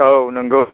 औ नंगौ